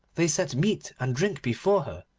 they set meat and drink before her,